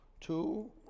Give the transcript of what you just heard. Two